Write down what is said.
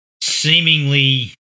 Seemingly